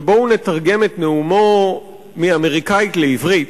ובואו נתרגם את נאומו מאמריקנית לעברית: